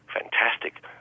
fantastic